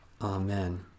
Amen